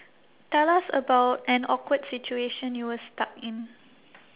tell us about an awkward situation you were stuck in